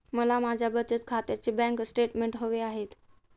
मला माझ्या बचत खात्याचे बँक स्टेटमेंट्स हवे आहेत